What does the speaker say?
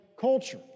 culture